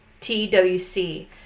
TWC